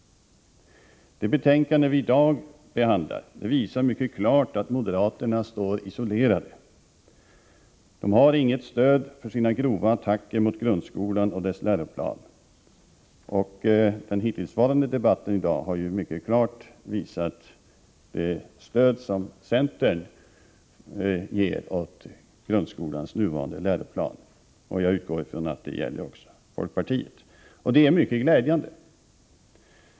Det betänkande vi i dag behandlar visar mycket klart att moderaterna står isolerade. De har inget stöd för sina grova attacker mot grundskolan och dess läroplan. Den hittillsvarande debatten i dag har mycket klart visat det stöd som centern ger grundskolans nuvarande läroplan. Jag utgår från att detsamma gäller för folkpartiet. Det är mycket glädjande.